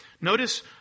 Notice